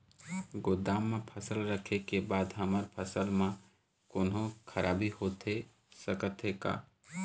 गोदाम मा फसल रखें के बाद हमर फसल मा कोन्हों खराबी होथे सकथे का?